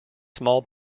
small